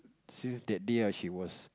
since that day ah she was